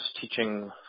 teaching